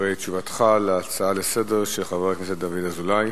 דברי תשובתך על ההצעה לסדר-היום של חבר הכנסת דוד אזולאי.